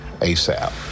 ASAP